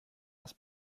das